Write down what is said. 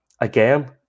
again